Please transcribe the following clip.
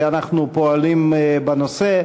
ואנחנו פועלים בנושא,